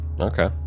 Okay